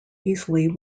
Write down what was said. easily